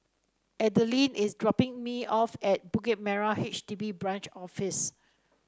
Adalynn is dropping me off at Bukit Merah H D B Branch Office